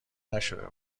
نشده